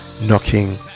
knocking